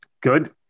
Good